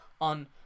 on